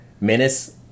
menace